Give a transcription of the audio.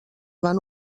van